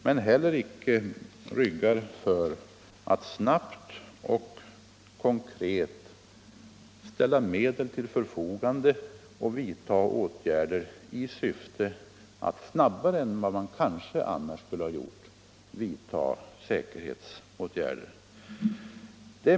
Men vi får heller inte rygga för att snabbt ställa medel till förfogande i syfte att vidta säkerhetsåtgärder tidigare än vad som kanske annars skulle ha skett.